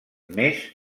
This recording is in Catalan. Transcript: més